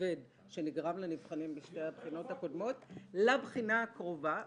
הכבד שנגרם לנבחנים בשתי הבחינות האחרונות לבחינה הקרובה -- פקטור.